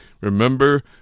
Remember